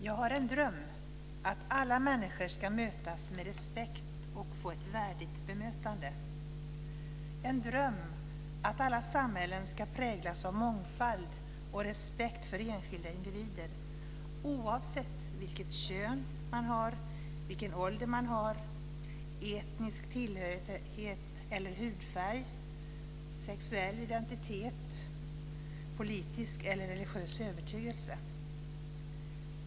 Jag har en dröm, att alla människor ska mötas med respekt och få ett värdigt bemötande - en dröm att alla samhällen ska präglas av mångfald och respekt för enskilda individer, oavsett kön, ålder, etnisk tillhörighet, hudfärg, sexuell identitet och politisk eller religiös övertygelse.